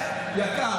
יקר.